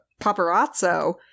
paparazzo